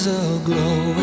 aglow